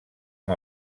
amb